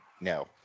No